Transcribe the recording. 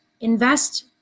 invest